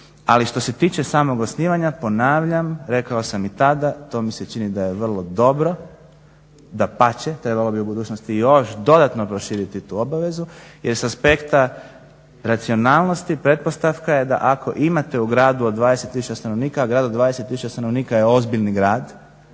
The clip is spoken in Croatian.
Ali što se tiče samog osnivanja, ponavljam, rekao sam i tada, to mi se čini da je vrlo dobro, dapače, trebalo bi u budućnosti još dodatno proširiti tu obavezu jer s aspekta racionalnosti pretpostavka je da ako imate u gradu od 20 tisuća stanovnika, a grad od 20 tisuća stanovnika je ozbiljni grad,